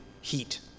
heat